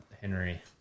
Henry